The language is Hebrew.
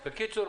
בקיצור,